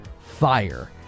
fire